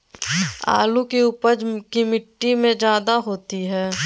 आलु की उपज की मिट्टी में जायदा होती है?